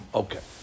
okay